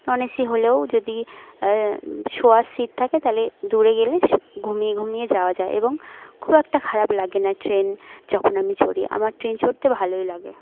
নন AC হলেও যদি শোয়ার সিট থাকে তাহলে দূরে গেলে ঘুমিয়ে ঘুমিয়ে যাওয়া যায় এবং খুব একটা খারাপ লাগে না ট্রেন যখন আমি চড়ি আমার ট্রেন চড়তে ভালোই লাগে